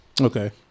Okay